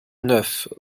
neuf